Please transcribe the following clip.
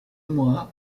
mois